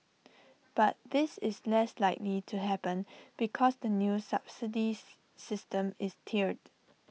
but this is less likely to happen because the new subsidy system is tiered